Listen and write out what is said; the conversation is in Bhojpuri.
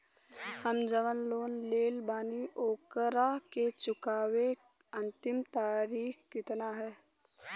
हम जवन लोन लेले बानी ओकरा के चुकावे अंतिम तारीख कितना हैं?